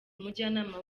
umujyanama